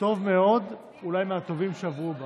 טוב מאוד, אולי מהטובים שעברו,